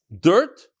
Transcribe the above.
dirt